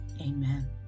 amen